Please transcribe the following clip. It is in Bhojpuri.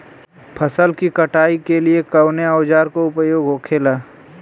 फसल की कटाई के लिए कवने औजार को उपयोग हो खेला?